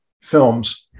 films